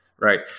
right